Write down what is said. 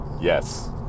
yes